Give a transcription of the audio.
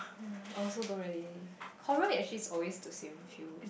ya I also don't really horror actually is always the same few